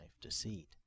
deceit